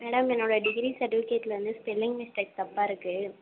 madam என்னோட degree சர்டிஃபிகேட்டில் வந்து ஸ்பெல்லிங் மிஸ்டேக் தப்பாக இருக்கு